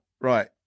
right